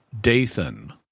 Dathan